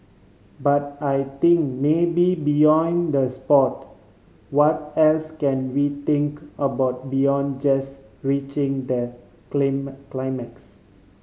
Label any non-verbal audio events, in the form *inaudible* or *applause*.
but I think maybe beyond the sport what else can we think about beyond just reaching that *unintelligible* climax